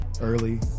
early